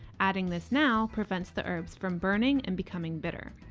adding this now prevents the herbs from burning and becoming bitter.